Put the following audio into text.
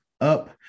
up